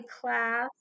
class